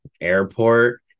airport